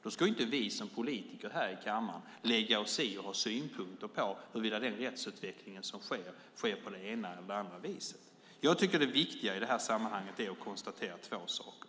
Då ska inte vi politiker här i kammaren lägga oss i och ha synpunkter på huruvida den rättsutveckling som sker gör på det ena eller det andra viset. Jag tycker att det viktiga i det här sammanhanget är att konstatera två saker.